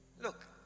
look